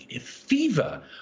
fever